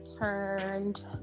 turned